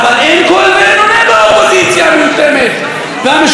אבל אין קול ואין עונה באופוזיציה המיותמת והמשועממת,